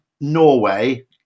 Norway